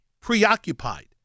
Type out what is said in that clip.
preoccupied